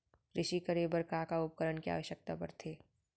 कृषि करे बर का का उपकरण के आवश्यकता परथे?